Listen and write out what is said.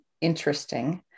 interesting